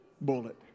bullet